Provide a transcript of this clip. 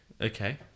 okay